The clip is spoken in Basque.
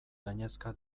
gainezka